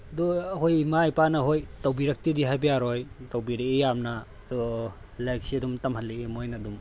ꯑꯗꯣ ꯑꯩꯈꯣꯏ ꯏꯃꯥ ꯏꯄꯥꯅ ꯍꯣꯏ ꯇꯧꯕꯤꯔꯛꯇꯦꯗꯤ ꯍꯥꯏꯕ ꯌꯥꯔꯣꯏ ꯇꯧꯕꯤꯔꯀꯏ ꯌꯥꯝꯅ ꯑꯗꯣ ꯂꯥꯏꯔꯤꯛꯁꯦ ꯑꯗꯨꯝ ꯇꯝꯍꯜꯂꯀꯏ ꯃꯣꯏꯅ ꯑꯗꯨꯝ